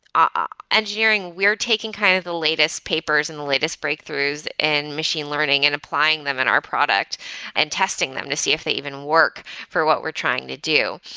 ah engineering, we're taking kind of the latest papers and latest breakthroughs in machine learning and applying them in our product and testing them to see if they even work for what we're trying to do.